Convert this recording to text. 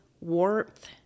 warmth